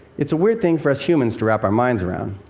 it's a weird thing for us humans to wrap our minds around,